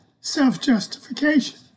self-justification